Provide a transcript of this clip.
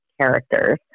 characters